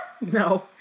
No